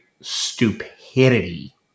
stupidity